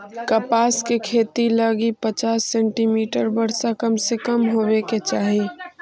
कपास के खेती लगी पचास सेंटीमीटर वर्षा कम से कम होवे के चाही